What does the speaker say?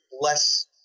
less